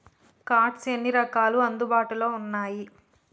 Cards ఎన్ని రకాలు అందుబాటులో ఉన్నయి?